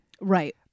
Right